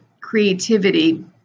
creativity